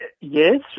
Yes